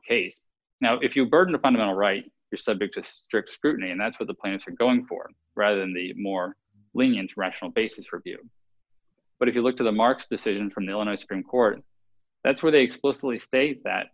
case now if you burden a fundamental right is subject to strict scrutiny and that's what the plants are going for rather than the more lenient rational basis review but if you look to the marks decision from the illinois supreme court that's where they explicitly state that